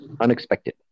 Unexpected